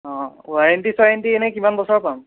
অঁ ৱাৰেণ্টি চোৱাৰেণ্টি এনেই কিমান বছৰ পাম